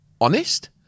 Honest